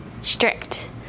strict